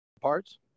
parts